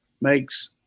makes